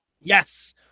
yes